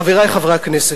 חברי חברי הכנסת,